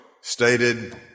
stated